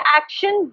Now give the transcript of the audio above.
action